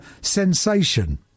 sensation